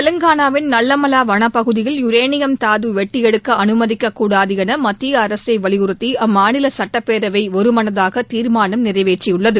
தெலங்கானாவின் நல்லமலாவனப்பகுதியில் யுரேனியம் தாதுவெட்டியெடுக்கஅனுமதிக்கக் கூடாதுஎனமத்தியஅரசைவலியுறுத்திஅம்மாநிலசட்டப்பேரவைஒருமனதாகதீர்மானம் நிறைவேற்றியுள்ளது